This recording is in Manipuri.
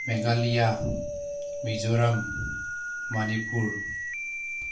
ꯃꯦꯒꯥꯂꯌꯥ ꯃꯤꯖꯣꯔꯥꯝ ꯃꯅꯤꯄꯨꯔ